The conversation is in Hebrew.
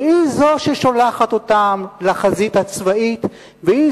והיא זו ששולחת אותם לחזית הצבאית והיא